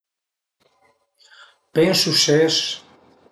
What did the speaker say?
Pensu ses